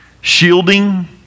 shielding